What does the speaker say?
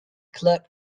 clerk